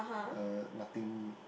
uh nothing